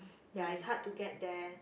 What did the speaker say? ya it's hard to get there